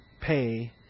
Pay